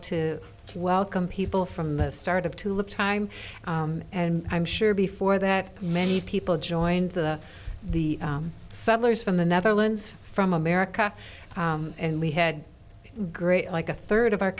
to welcome people from the start of to look time and i'm sure before that many people joined the the settlers from the netherlands from america and we had a great like a third of our